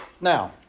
Now